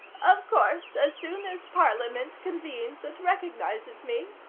of course, as soon as parliament convenes and recognizes me,